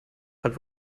hat